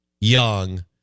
Young